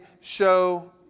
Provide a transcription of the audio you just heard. show